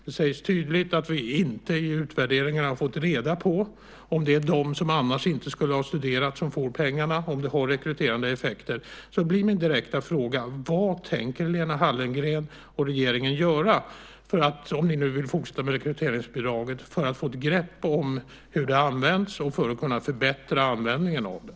Det sägs tydligt att vi inte i utvärderingarna har fått reda på om det är de som annars inte skulle ha studerat som får pengarna, om det har rekryterande effekter. Då blir min direkta fråga: Vad tänker Lena Hallengren och regeringen göra, om ni nu vill fortsätta med rekryteringsbidraget, för att få ett grepp om hur det används och för att kunna förbättra användningen av det?